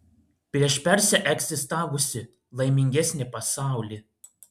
prieš persę egzistavusį laimingesnį pasaulį